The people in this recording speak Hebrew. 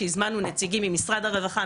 יהיו בה נציגים ממשרד הרווחה,